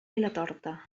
vilatorta